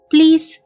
Please